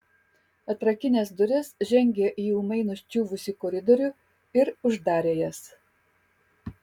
atrakinęs duris žengė į ūmai nuščiuvusį koridorių ir uždarė jas